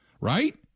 Right